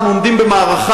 אנחנו עומדים במערכה.